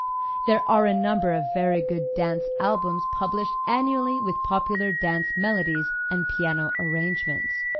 there are a number of very good dance albums published annually with popular dance melodies and piano arrangements.